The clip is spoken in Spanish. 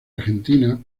argentina